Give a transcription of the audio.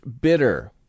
bitter